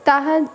ତାହା